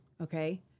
Okay